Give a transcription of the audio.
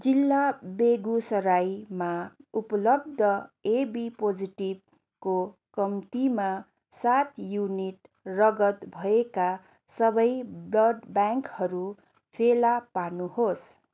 जिल्ला बेगुसरायमा उपलब्ध एबी पोजिटिभको कम्तीमा सात युनिट रगत भएका सबै ब्लड ब्याङ्कहरू फेला पार्नुहोस्